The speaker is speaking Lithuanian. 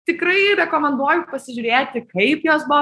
tikrai rekomenduoju pasižiūrėti kaip jos buvo